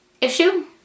issue